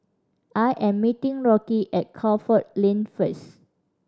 I am meeting Rocky at Crawford Lane first